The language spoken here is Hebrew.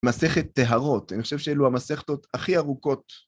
מסכת טהרות, אני חושב שאלו המסכתות הכי ארוכות...